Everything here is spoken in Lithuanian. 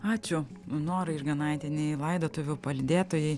ačiū norai išganaitienei laidotuvių palydėtojai